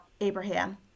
Abraham